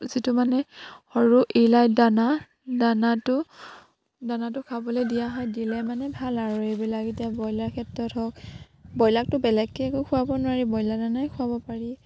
যিটো মানে সৰু ইলাইট দানা দানাটো দানাটো খাবলে দিয়া হয় দিলে মানে ভাল আৰু এইবিলাক এতিয়া ব্ৰইলাৰ ক্ষেত্ৰত হওক ব্ৰইলাৰকটো বেলেগকে একো খুৱাব নোৱাৰি ব্ৰইলাৰ দানাই খুৱাব পাৰি